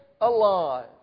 alive